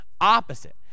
opposite